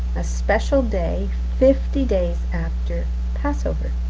a special day fifty days after passover.